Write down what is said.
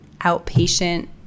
outpatient